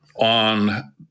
on